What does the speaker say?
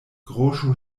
groŝo